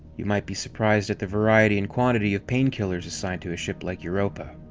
you might be srprised at the variety and quantity of painkillers assigned to a ship like europa.